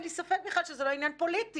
אין לי ספק בכלל שזה לא עניין פוליטי.